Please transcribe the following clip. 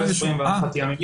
לא ל-21 ימים.